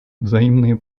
взаимные